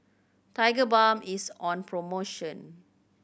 Tigerbalm is on promotion